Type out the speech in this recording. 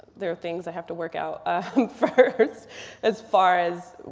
there are things i have to work out first as far as,